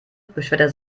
beschwerte